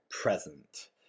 present